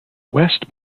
west